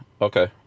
Okay